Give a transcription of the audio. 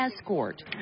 escort